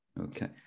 Okay